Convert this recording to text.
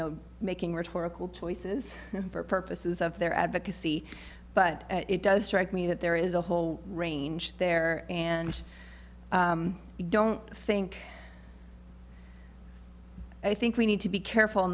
know making rhetorical choices for purposes of their advocacy but it does strike me that there is a whole range there and you don't think i think we need to be careful